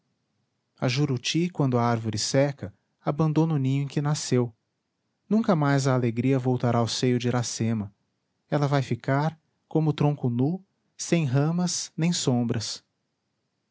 seio a juruti quando a árvore seca abandona o ninho em que nasceu nunca mais a alegria voltará ao seio de iracema ela vai ficar como o tronco nu sem ramas nem sombras